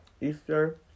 Easter